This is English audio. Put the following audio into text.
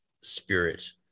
spirit